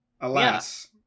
Alas